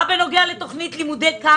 מה בנוגע לתכנית לימודי קיץ?